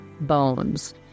bones